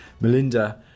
Melinda